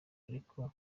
ariko